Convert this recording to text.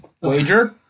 Wager